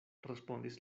respondis